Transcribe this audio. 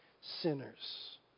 sinners